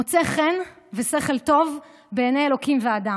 מוצא חן ושכל טוב בעיני אלוקים ואדם.